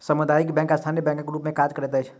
सामुदायिक बैंक स्थानीय बैंकक रूप मे काज करैत अछि